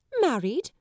married